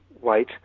white